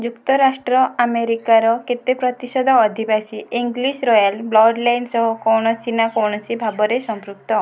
ଯୁକ୍ତରାଷ୍ଟ୍ର ଆମେରିକାର କେତେ ପ୍ରତିଶତ ଅଧିବାସୀ ଇଂଲିଶ୍ ରୟାଲ ବ୍ଲଡ଼ଲାଇନ୍ ସହ କୌଣସି ନା କୌଣସି ଭାବରେ ସମ୍ପୃକ୍ତ